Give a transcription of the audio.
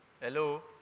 Hello